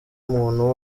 muntu